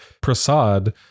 Prasad